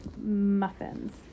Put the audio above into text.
muffins